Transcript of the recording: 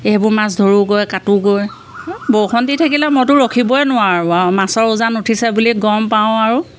সেইবোৰ মাছ ধৰোঁগৈ কাটোঁগৈ বৰষুণ দি থাকিলে মইতো ৰখিবই নোৱাৰোঁ মাছৰ উজান উঠিছে বুলি গম পাওঁ আৰু